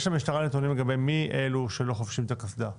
האם יש למשטרה נתונים לגבי מי אלו שלא חובשים את הקסדה?